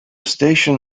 station